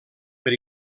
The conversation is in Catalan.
per